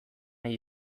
nahi